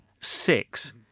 six